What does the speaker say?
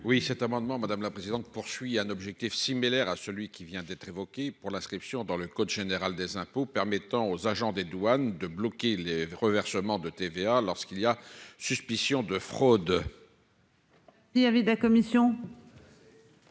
Oui, cet amendement madame la présidente, poursuit un objectif similaire à celui qui vient d'être évoqué pour l'inscription dans le code général des impôts permettant aux agents des douanes de bloquer les reversements de TVA lorsqu'il y a suspicion de fraude. Il avait de la commission.--